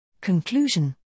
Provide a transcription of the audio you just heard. Conclusion